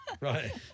Right